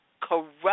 corrupt